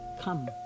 Come